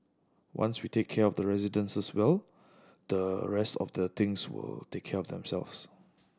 once we take care of the residents well the rest of the things will take care of themselves